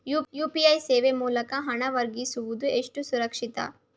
UPI ಸೇವೆ ಮೂಲಕ ಹಣ ವರ್ಗಾಯಿಸುವುದು ಎಷ್ಟು ಸುರಕ್ಷಿತ?